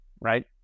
Right